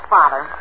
Father